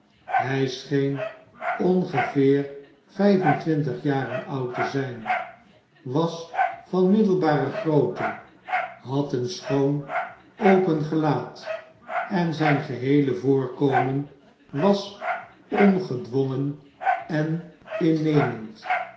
hij scheen ongeveer vijfentwintig jaren oud te zijn was van middelbare grootte had een schoon open gelaat en zijn geheele voorkomen was ongedwongen en innemend